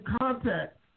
contact